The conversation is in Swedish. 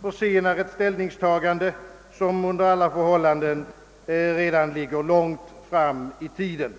försenar ett ställningstagande, som under alla förhållanden redan ligger långt fram i tiden.